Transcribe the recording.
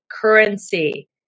currency